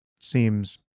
seems